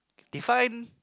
define